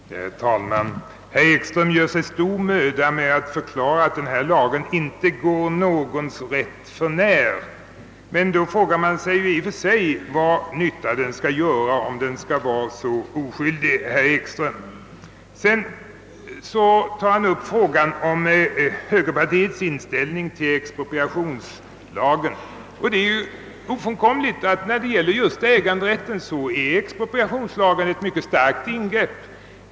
Herr talman! Herr Ekström i Iggesund gjorde sig stor möda med att förklara att denna lag inte träder någons rätt förnär, men vilken nytta kan den då göra, herr Ekström, om den är så oskyldig? Sedan tog herr Ekström också upp frågan om högerpartiets inställning till expropriationslagen. Det är ofrånkomligt att när det gäller just äganderätten innebär tillämpning av expropriationslagen ett mycket kraftigt ingrepp.